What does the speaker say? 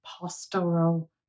pastoral